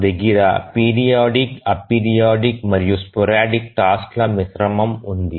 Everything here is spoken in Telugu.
మన దగ్గర పీరియాడిక్ అపీరియాడిక్ మరియు స్పారదిక్ టాస్క్ ల మిశ్రమం ఉంది